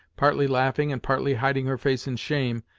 partly laughing and partly hiding her face in shame,